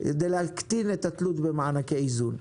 כדי להקטין את התלות במענקי איזון.